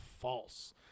false